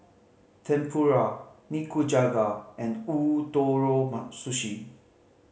Tempura Nikujaga and Ootoro Sushi